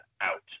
out